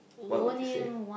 what would you save